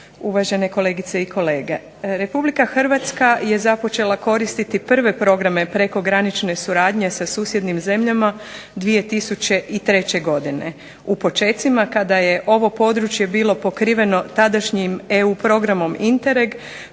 uvaženi kolegice i kolege. Republika Hrvatska je započela koristiti prve programe prekogranične suradnje sa susjednim zemljama 2003. godine. U počecima kada je ovo područje bilo pokriveno tadašnjim EU programom Intereg,